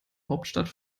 hauptstadt